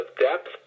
depth